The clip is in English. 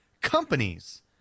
companies